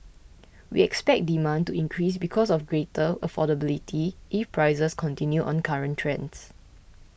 we expect demand to increase because of greater affordability if prices continue on current trends